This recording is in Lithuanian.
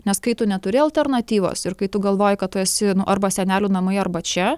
nes kai tu neturi alternatyvos ir kai tu galvoji kad tu esi arba senelių namai arba čia